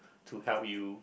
to help you